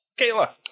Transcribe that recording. Kayla